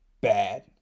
bad